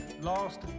last